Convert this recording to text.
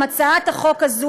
עם הצעת החוק הזאת,